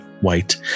white